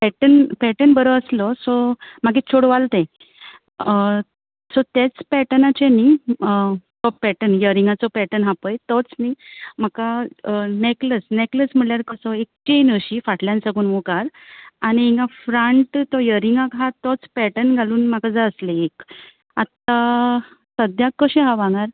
pattern pattern बरो आसलो सो मागे चोडवाल तें सो तेच पॅटनाचें न्हय तो पॅटन यरिंगाचो पॅटन आसा पळय तोच न्हय म्हाका नॅकलस नॅकलस म्हणल्यार कसो एक केन अशी फाटल्यान साकून मुकार आनी हिंगां फ्रंट तो यरिंगाक हां तोच पॅटन घालून म्हाका जाय आसलें एक आतां सद्द्या कशें आसा भांगार